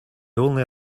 only